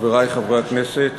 חברי חברי הכנסת,